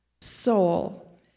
soul